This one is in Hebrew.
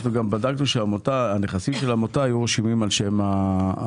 אנחנו גם בדקנו שהנכסים של העמותה יהיו רשומים על שם הקיבוץ.